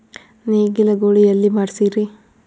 ನೇಗಿಲ ಗೂಳಿ ಎಲ್ಲಿ ಮಾಡಸೀರಿ?